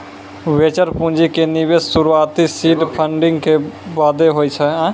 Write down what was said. venture पूंजी के निवेश शुरुआती सीड फंडिंग के बादे होय छै